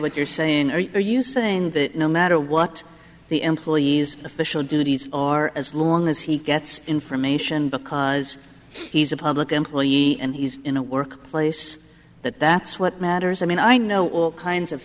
what you're saying are you saying that no matter what the employees official duties are as long as he gets information because he's a public employee and he's in a work place that that's what matters i mean i know all kinds of